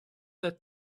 that